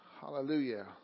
Hallelujah